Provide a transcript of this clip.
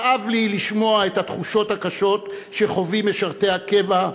כאב לי לשמוע את התחושות הקשות שחווים משרתי הקבע,